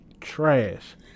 trash